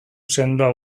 sendoa